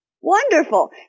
Wonderful